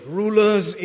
rulers